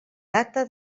data